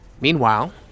Meanwhile